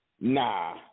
Nah